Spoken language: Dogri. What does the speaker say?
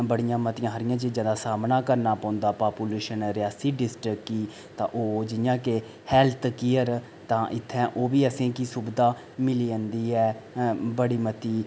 बड़ियां मतियां हारियां चीज़ां दा सामना करना पौंदा पापूलेशन ऐ रियासी डिस्ट्रिक्ट दी ओह् कि जियां हेल्थ केयर तां ओह् बी असेंगी सुविधा मिली जंदी ऐ बड़ी मती